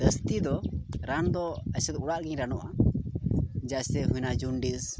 ᱡᱟᱹᱥᱛᱤ ᱫᱚ ᱨᱟᱱ ᱫᱚ ᱡᱟᱹᱥᱛᱤ ᱫᱚ ᱚᱲᱟᱜ ᱨᱮᱜᱮᱧ ᱨᱟᱱᱚᱜᱼᱟ ᱡᱟᱹᱥᱛᱤ ᱦᱩᱭᱱᱟ ᱡᱚᱱᱰᱤᱥ